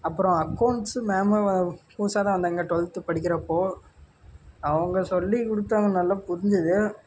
அப்புறம் accounts ma'am புதுசாக தான் வந்தாங்க ட்வெல்த்து படிக்கிறப்போ அவங்க சொல்லி கொடுத்தாங்க நல்லா புரிஞ்சுது